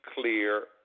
clear